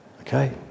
okay